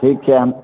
ठीक छै हम